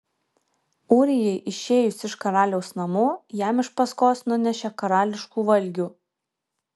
ūrijai išėjus iš karaliaus namų jam iš paskos nunešė karališkų valgių